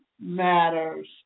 matters